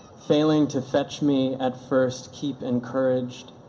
failing to fetch me at first keep encouraged,